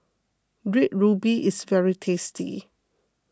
Red Ruby is very tasty